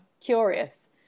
curious